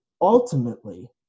ultimately